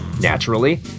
Naturally